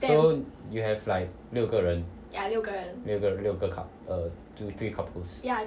so you have like 六个人六个六个 coup~ err two three couples